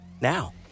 now